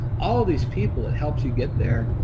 all of these people that helps you get there,